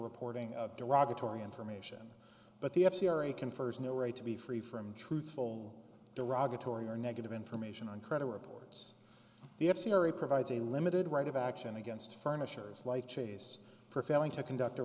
reporting of derogatory information but the f c r a confers no right to be free from truthful derogatory or negative information on credit reports the of scenery provides a limited right of action against furnishers like chase for failing to conduct a